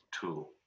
tool